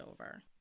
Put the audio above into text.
over